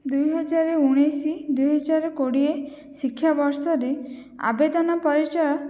ଦୁଇ ହଜାର ଉଣେଇଶି ଦୁଇ ହଜାର କୋଡ଼ିଏ ଶିକ୍ଷାବର୍ଷରେ ଆବେଦନ ପରିଚୟ